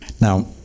Now